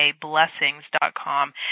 Blessings.com